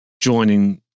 joining